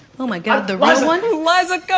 oh my god, the real one? liza!